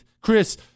Chris